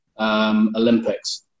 Olympics